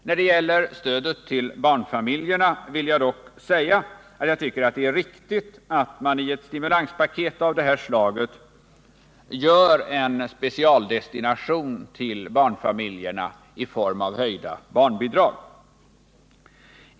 När det gäller stödet till barnfamiljerna vill jag bara säga att det är riktigt att man i ett stimulanspaket av detta slag gör en specialdestination till barnfamiljerna i form av höjda barnbidrag.